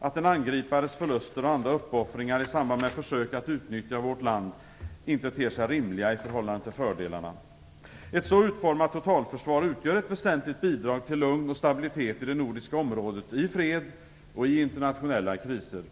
att en angripares förluster och andra uppoffringar i samband med försök att utnyttja vårt land inte ter sig rimliga i förhållande till fördelarna. Ett så utformat totalförsvar utgör ett väsentligt bidrag till lugn och stabilitet i det nordiska området i fred och i internationella kriser.